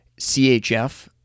CHF